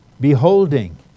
Beholding